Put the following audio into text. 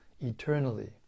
eternally